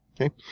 Okay